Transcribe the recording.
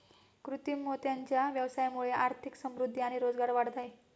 कृत्रिम मोत्यांच्या व्यवसायामुळे आर्थिक समृद्धि आणि रोजगार वाढत आहे